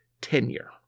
tenure